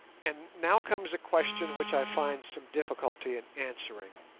and now comes a question which i find some difficulty in answering.